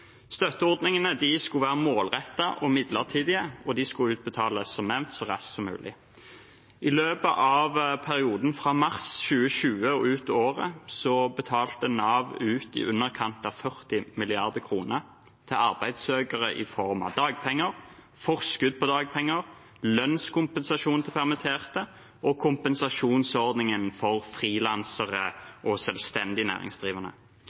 Støtteordningene skulle være målrettede og midlertidige, og de skulle som nevnt utbetales så raskt som mulig. I løpet av perioden fra mars 2020 og ut året betalte Nav ut i underkant av 40 mrd. kr til arbeidssøkere i form av dagpenger, forskudd på dagpenger, lønnskompensasjon til permitterte og kompensasjonsordning for frilansere og selvstendig næringsdrivende.